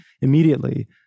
immediately